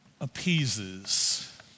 appeases